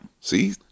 See